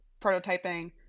prototyping